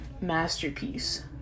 masterpiece